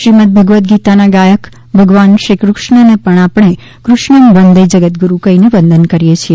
શ્રીમદ ભગવદગીતાના ગાયક ભગવાન શ્રીકૃષ્ણને પણ આપણે કૃષ્ણંવંદે જગદૂગુરૂ કઠીને વંદન કરીએ છીએ